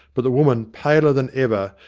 but the woman paler than ever,